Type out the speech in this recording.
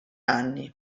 anni